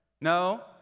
No